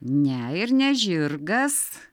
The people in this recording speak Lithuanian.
ne ir ne žirgas